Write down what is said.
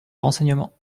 renseignements